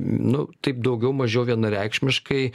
nu taip daugiau mažiau vienareikšmiškai